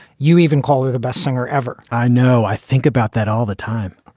you even call her the best singer ever. i know. i think about that all the time.